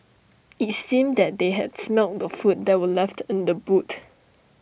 IT seemed that they had smelt the food that were left in the boot